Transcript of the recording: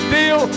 deal